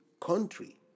country